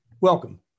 Welcome